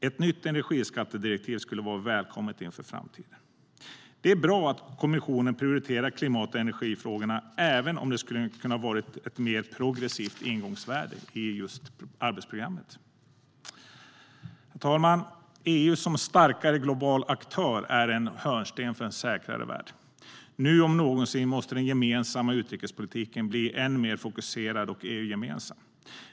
Ett nytt energiskattedirektiv skulle vara välkommet inför framtiden. Herr talman! EU som en starkare global aktör är en hörnsten för en säkrare värld. Nu om någonsin måste den gemensamma utrikespolitiken blir än mer fokuserad och EU-gemensam.